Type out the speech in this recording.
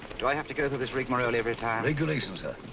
do i have to go through this rigmarole every time? regulations, sir.